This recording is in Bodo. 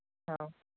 औ